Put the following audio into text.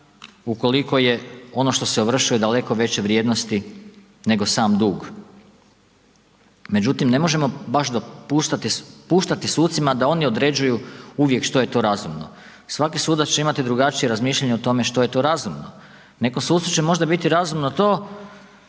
ukoliko je ono što se ovršuje daleko veće vrijednosti nego sam dug. Međutim, ne možemo baš puštati sucima da oni određuju uvijek što je to razumno. Svaki sudac će imati drugačije razmišljanje o tome što je to razumno. Nekom sucu će možda biti razumno to